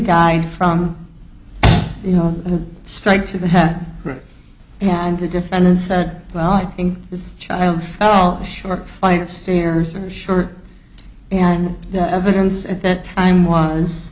died from you know a strike to the head and the defendant said well i think this child fell short flight of stairs for sure and the evidence at that time was